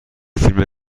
فیلم